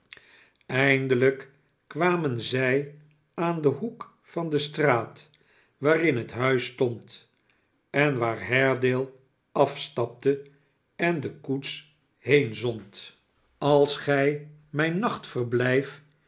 eindelijk kwamen zij aan den hoek van de straat waarin het huis stond en waar haredaie afstapte en de koets heenzond als gij